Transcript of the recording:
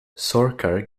sarkar